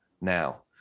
now